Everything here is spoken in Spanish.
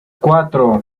cuatro